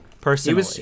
personally